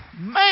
Man